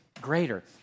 greater